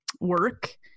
work